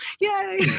Yay